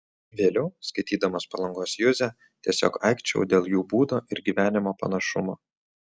vėliau skaitydamas palangos juzę tiesiog aikčiojau dėl jų būdo ir gyvenimo panašumo